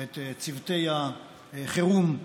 את צוותי החירום,